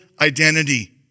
identity